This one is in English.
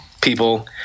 people